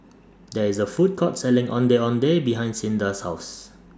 There IS A Food Court Selling Ondeh Ondeh behind Cinda's House